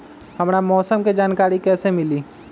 हमरा मौसम के जानकारी कैसी मिली?